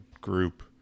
group